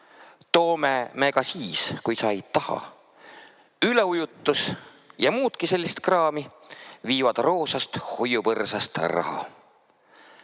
toome me ka siis, kui sa ei taha. Üleujutust ja muudki sellist kraami viivad roosast hoiupõrsast raha.